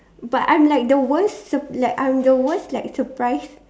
but I'm like the worst sur~ like I'm the worst like surprise